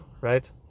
Right